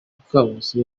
mukankusi